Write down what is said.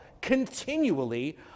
continually